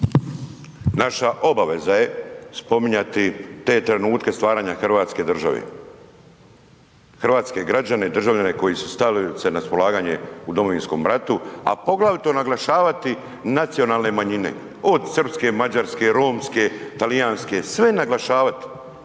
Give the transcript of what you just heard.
Naša obaveza je spominjati te trenutke stvaranja hrvatske države, hrvatske građane i državljane koji su se stavili na raspolaganje u Domovinskom ratu a poglavito naglašavati nacionalne manjine, od srpske, mađarske, romske, talijanske, sve naglašavati